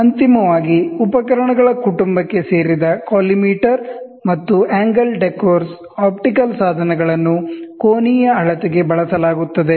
ಅಂತಿಮವಾಗಿ ಉಪಕರಣಗಳ ಕುಟುಂಬಕ್ಕೆ ಸೇರಿದ ಕೊಲಿಮೇಟರ್ ಮತ್ತು ಆಂಗಲ್ ಡೆಕ್ಕೋರ್ಸ್ ಆಪ್ಟಿಕಲ್ ಸಾಧನಗಳನ್ನು ಆಂಗುಲರ್ ಮೆಜರ್ಮೆಂಟ್ಸ್ ಗೆ ಬಳಸಲಾಗುತ್ತದೆ